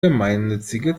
gemeinnützige